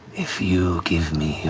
if you give me